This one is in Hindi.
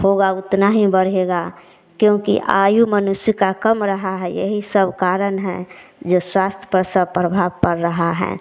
होगा उतना ही बढ़ेगा क्योंकि आयु मनुष्य कम रहा है यही सब कारण हैं जो स्वस्थ पर सब प्रभाव पड़ रहा है